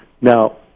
Now